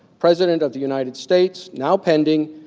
president of the united states, now pending,